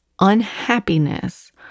unhappiness